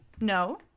No